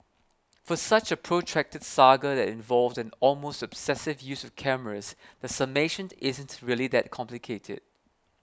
for such a protracted saga that involved an almost obsessive use of cameras the summation isn't really that complicated